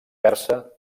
persa